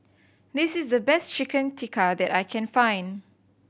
this is the best Chicken Tikka that I can find